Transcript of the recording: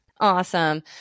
awesome